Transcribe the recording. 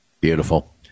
Beautiful